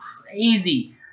crazy